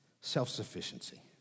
Self-sufficiency